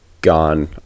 gone